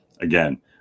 again